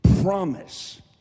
promise